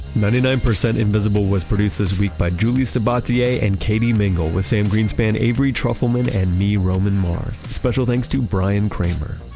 ninety nine percent invisible was produced this week by julie sabatier and katie mingle with sam greenspan, avery trufelman and me, roman mars. special thanks to brian kramer.